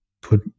put